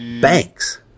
banks